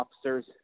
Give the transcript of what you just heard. officers